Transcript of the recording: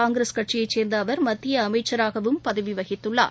காங்கிரஸ் கட்சியைசேர்ந்தஅவர் மத்தியஅமைச்சராகவும் பதவிவகித்துள்ளார்